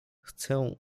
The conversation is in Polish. chcę